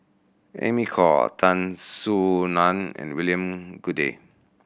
Amy Khor Tan Soo Nan and William Goode